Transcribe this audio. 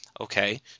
Okay